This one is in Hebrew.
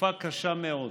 תקופה קשה מאוד.